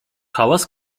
hałas